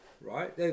right